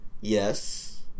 Yes